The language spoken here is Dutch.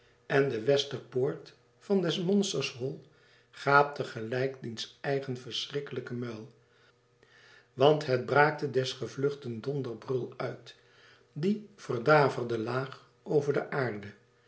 en de westerpoort van des monsters hol gaapte gelijk diens eigen verschrikkelijke muil want het braakte des gevluchten donderbrul uit die verdaverde laag over de aarde